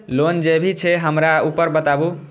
Loan जे भी छे हमरा ऊपर बताबू?